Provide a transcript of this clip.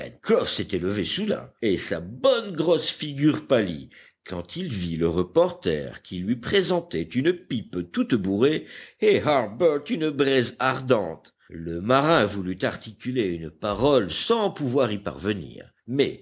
s'était levé soudain et sa bonne grosse figure pâlit quand il vit le reporter qui lui présentait une pipe toute bourrée et harbert une braise ardente le marin voulut articuler une parole sans pouvoir y parvenir mais